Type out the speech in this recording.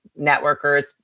networkers